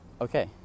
okay